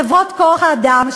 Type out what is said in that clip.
חברות כוח-אדם,